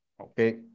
okay